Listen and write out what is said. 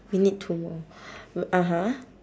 we need two more w~ (uh huh)